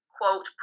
quote